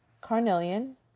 carnelian